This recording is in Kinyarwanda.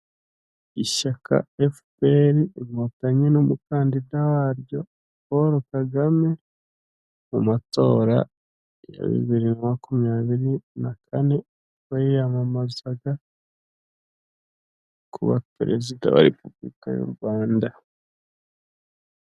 Ishyaka efuperi inkotanyi n'umukandida wa ryo Paul Kagame mu matora ya bibiri na makumyabiri na kane ubwo yiyamamazaga kuba perezida wa repubulika y'u Rwanda.